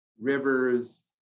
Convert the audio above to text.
rivers